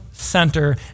center